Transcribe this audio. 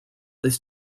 this